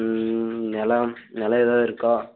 ம் நிலம் நிலம் எதாவது இருக்கா